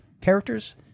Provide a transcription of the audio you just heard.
characters